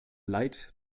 leid